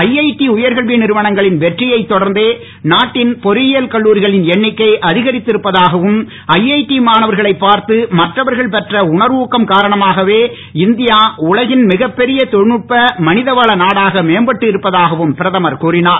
IIT உயர்கல்வி நிறுவனங்களின் வெற்றியைத் தொடர்ந்தே நாட்டின் பொறியியல் கல்லூரிகளின் எண்ணிக்கை அதிகரித்து இருப்பதாகவும் ஐஐடி மாணவர்களைப் பார்த்து மற்றவர்கள் பெற்ற உணர்வுக்கம் காரணமாகவே இந்தியா உலகின் மிகப் பெரிய தொழில்நுட்ப மனிதவள நாடாக மேம்பட்டு இருப்பதாகவும் பிரதமர் கூறினார்